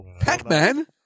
Pac-Man